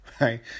right